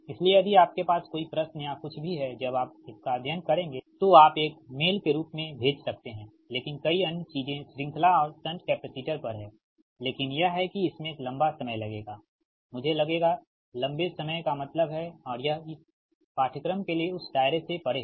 इसलिए यदि आपके पास कोई प्रश्न या कुछ भी है जब आप इसका अध्ययन करेंगे तो आप एक मेल के रूप में भेज सकते हैं लेकिन कई अन्य चीजें श्रृंखला और शंट कैपेसिटर पर हैं लेकिन यह है कि इसमें लंबा समय लगेगा मुझे लगेगा लंबे समय का मतलब है और यह इस कोर्स के लिए उस दायरे से परे है